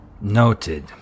noted